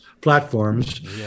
Platforms